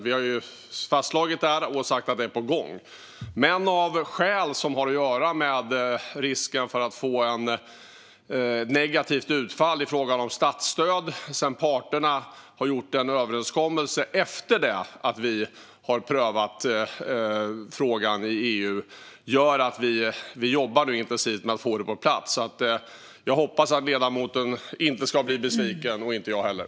Vi har fastslagit detta och sagt att det är på gång, men av skäl som har att göra med risken för att få ett negativt utfall i frågan om statsstöd sedan parterna har gjort en överenskommelse efter det att vi har prövat frågan i EU jobbar vi nu intensivt med att få det på plats. Jag hoppas att varken ledamoten eller jag kommer att bli besviken.